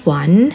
one